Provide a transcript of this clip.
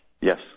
yes